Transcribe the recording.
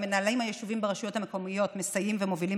המינהלים היישוביים ברשויות המקומיות מסייעים ומובילים